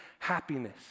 happiness